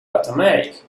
automatic